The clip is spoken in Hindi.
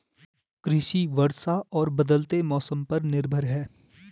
कृषि वर्षा और बदलते मौसम पर निर्भर है